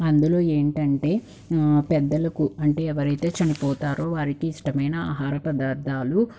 అందులో ఏంటంటే పెద్దలకు అంటే ఎవరైతే చనిపోతారో వారికి ఇష్టమైన ఆహార పదార్థాలు